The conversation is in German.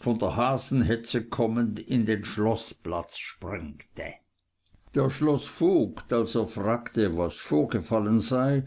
von der hasenhetze kommend in den schloßplatz sprengte der schloßvogt als er fragte was vorgefallen sei